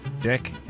Dick